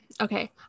Okay